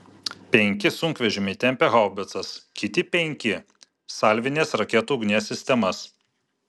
penki sunkvežimiai tempė haubicas kiti penki salvinės raketų ugnies sistemas